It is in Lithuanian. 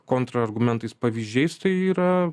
kontrargumentais pavyzdžiais tai yra